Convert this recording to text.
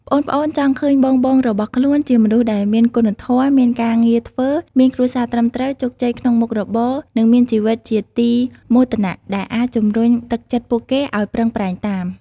ប្អូនៗចង់ឃើញបងៗរបស់ខ្លួនជាមនុស្សដែលមានគុណធម៌ មានការងារធ្វើ មានគ្រួសារត្រឹមត្រូវ ជោគជ័យក្នុងមុខរបរ និងមានជីវិតជាទីមោទនៈ ដែលអាចជំរុញទឹកចិត្តពួកគេឱ្យប្រឹងប្រែងតាម។